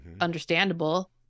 Understandable